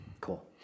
Cool